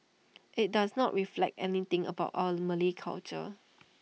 IT does not reflect anything about our Malay culture